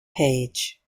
page